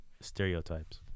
stereotypes